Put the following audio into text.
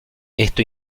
esto